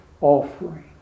offering